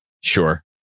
sure